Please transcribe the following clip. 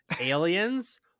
aliens